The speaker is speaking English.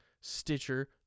Stitcher